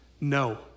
No